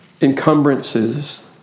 Encumbrances